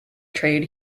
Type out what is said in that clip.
trade